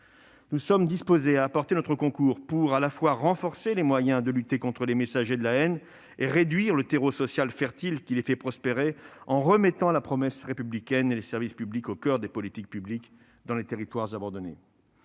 Nous sommes disposés à apporter notre concours, à la fois pour renforcer les moyens de lutter contre les messagers de la haine et pour réduire le terreau social fertile qui les fait prospérer, en remettant la promesse républicaine et les services publics au coeur des politiques publiques dans les territoires abandonnés.